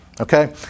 okay